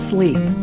Sleep